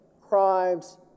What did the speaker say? crimes